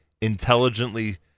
intelligently